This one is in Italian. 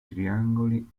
triangoli